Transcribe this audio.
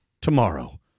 tomorrow